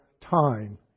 time